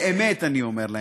באמת אני אומר להם: